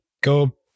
go